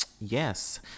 yes